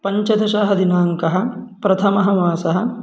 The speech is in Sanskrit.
पञ्चदशः दिनाङ्कः प्रथमः मासः